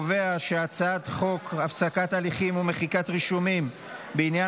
הצעת חוק הפסקת הליכים ומחיקת רישומים בעניין